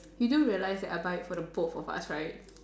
you do realize that I buy for the both of us right